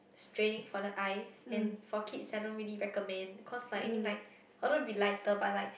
straining for the eye and for kids I don't really recommend cause like I mean like although it will be lighter but like